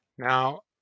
Now